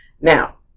Now